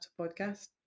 podcast